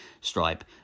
Stripe